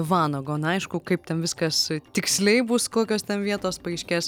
vanago na aišku kaip ten viskas tiksliai bus kokios ten vietos paaiškės